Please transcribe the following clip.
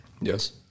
Yes